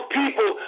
people